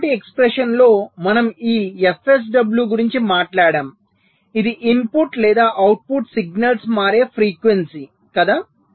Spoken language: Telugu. మునుపటి ఎక్స్ప్రెషన్లో మనం ఈ fSW గురించి మాట్లాడాం ఇది ఇన్పుట్ లేదా అవుట్పుట్ సిగ్నల్స్ మారే ఫ్రీక్వెన్సీ కదా